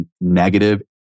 negative